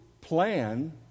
plan